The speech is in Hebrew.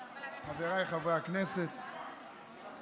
חבריי חברי הכנסת,